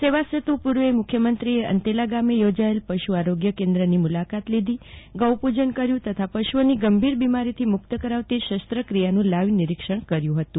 સેવાસેતુ પૂર્વે મુખ્યમંત્રીએ અંતેલા ગામે યોજાયેલ પશુઆરોગ્ય પણે કેન્દ્રની મુલાકાત લીધી ગૌપૂજન કર્યું તથા પશુઓની ગંભીર બીમારીથી મુક્ત કરાવની શસ્ત્ર ક્રિયાનું લાઈવ નિરીક્ષણ કર્યું હતું